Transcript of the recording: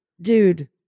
dude